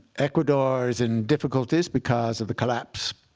ecuador is in difficulties because of the collapse